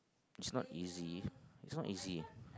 it's not easy it's not easy